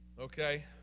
Okay